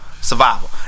Survival